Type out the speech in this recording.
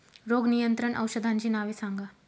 रोग नियंत्रण औषधांची नावे सांगा?